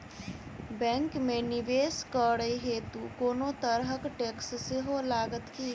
Bank मे निवेश करै हेतु कोनो तरहक टैक्स सेहो लागत की?